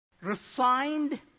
resigned